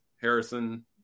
Harrison